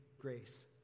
grace